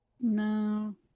No